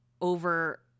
over